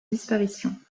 disparition